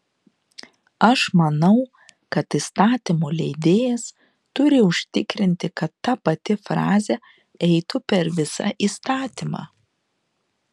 aš manau kad įstatymų leidėjas turi užtikrinti kad ta pati frazė eitų per visą įstatymą